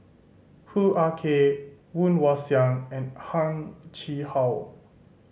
Hoo Ah Kay Woon Wah Siang and Heng Chee How